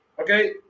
Okay